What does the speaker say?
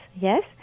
yes